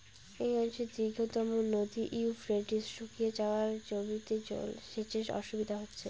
এই অঞ্চলের দীর্ঘতম নদী ইউফ্রেটিস শুকিয়ে যাওয়ায় জমিতে সেচের অসুবিধে হচ্ছে